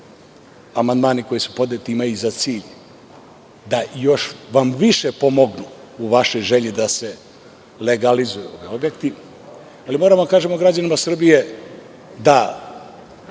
Amandmani koji su podneti imaju za cilj da vam još više pomognu u vašoj želji da se legalizuju ovi objekti, ali moramo da kažemo građanima Srbije da